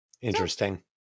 Interesting